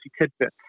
tidbits